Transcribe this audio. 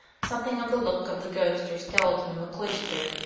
something of the look of the ghost or skeleton of a cloister,